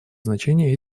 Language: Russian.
значения